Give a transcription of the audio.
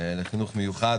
לחינוך מיוחד